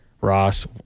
Ross